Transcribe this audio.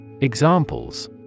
Examples